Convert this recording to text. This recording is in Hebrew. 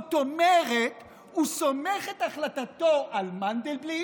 זאת אומרת שהוא סומך את ידיו על החלטותיו של מנדלבליט